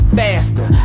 faster